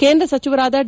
ಕೇಂದ್ರ ಸಚಿವರಾದ ಡಿ